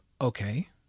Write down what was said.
okay